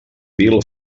bill